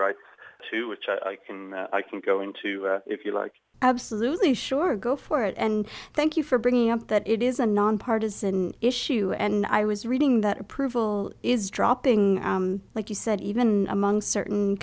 rights too which i can i can go into if you like absolutely sure go for it and thank you for bringing up that it is a nonpartisan issue and i was reading that approval is dropping like you said even among certain